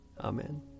Amen